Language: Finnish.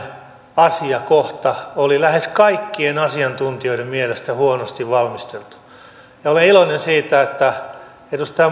asiakohta oli lähes kaikkien asiantuntijoiden mielestä huonosti valmisteltu olen iloinen siitä että edustaja